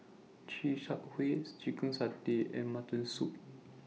Chi Kak Kuih Chicken Satay and Mutton Soup